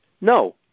No